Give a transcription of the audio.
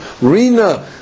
Rina